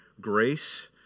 grace